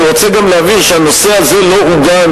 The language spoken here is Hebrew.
אני רוצה גם להבהיר שהנושא הזה לא עוגן